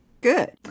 Good